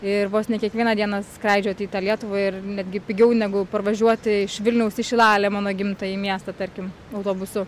ir vos ne kiekvieną dieną skraidžioti į lietuvą ir netgi pigiau negu parvažiuoti iš vilniaus į šilalę mano gimtąjį miestą tarkim autobusu